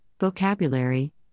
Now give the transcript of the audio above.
vocabulary